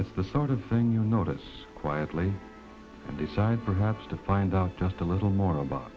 it's the sort of thing you notice quietly decide perhaps to find out just a little more about